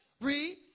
Read